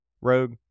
Rogue